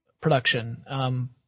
production